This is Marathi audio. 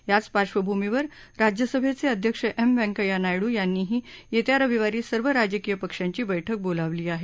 याच पार्श्वभूमीवर राज्यसभेचे अध्यक्ष एम व्यंकय्या नायडू यांनीही येत्या रविवारी सर्व राजकीय पक्षांची बैठक बोलावली आहे